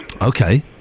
Okay